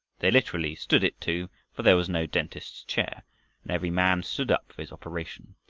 they literally stood it, too, for there was no dentist's chair and every man stood up for his operation,